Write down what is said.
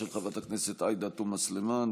של חברת הכנסת עאידה תומא סלימאן,